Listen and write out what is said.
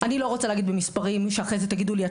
אני לא רוצה להגיד במספרים כך שאחרי זה תגידו לי "את